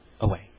away